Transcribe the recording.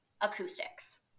acoustics